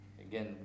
again